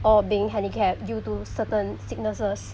or being handicap due to certain sicknesses